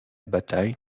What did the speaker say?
bataille